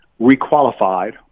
requalified